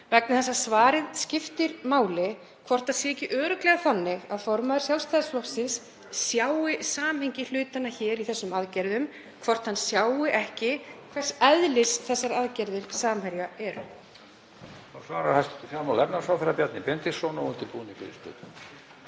vegna þess að svarið skiptir máli, hvort það sé ekki örugglega þannig að formaður Sjálfstæðisflokksins sjái samhengi hlutanna í þessum aðgerðum, hvort hann sjái ekki hvers eðlis þessar aðgerðir Samherja eru.